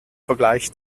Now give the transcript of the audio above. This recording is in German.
vergleich